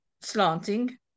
slanting